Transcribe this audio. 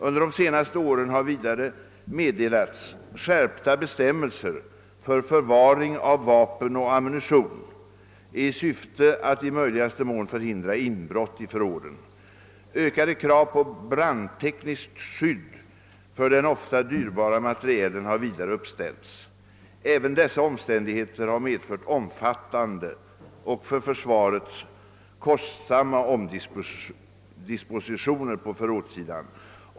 Under de senaste åren har vidare meddelats skärpta bestämmelser för förvaring av vapen och ammunition i syfte att i möjligaste mån förhindra inbrott i förråden. Ökade krav på brandtekniskt skydd för den ofta dyrbara materielen har vidare uppställts. Även dessa omständigheter har medfört omfattande och för försvaret kostsamma omdispositioner på förrådssidan.